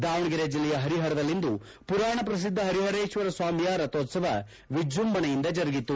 ದಾವಣಗೆರೆ ಜಿಲ್ಲೆಯ ಹರಿಹರದಲ್ಲಿಂದು ಪುರಾಣ ಪ್ರಸಿದ್ದ ಹರಿಹರೇಶ್ವರ ಸ್ವಾಮಿಯ ರಥೋತ್ಸವ ವಿಜೃಂಭಣೆಯಿಂದ ಜರುಗಿತು